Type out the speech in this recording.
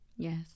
Yes